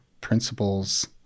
principles